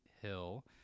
Hill